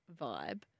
vibe